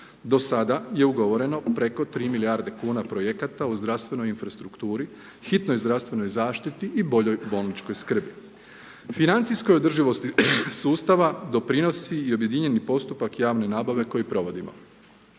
Do sada je ugovoreno preko 3 milijarde kuna projekata u zdravstvenoj infrastrukturi, hitnoj zdravstvenoj zaštiti i boljoj bolničkoj skrbi. Financijskog održivosti sustava doprinosi i objedinjeni postupak javne nabave koji provodimo.